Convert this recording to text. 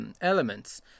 elements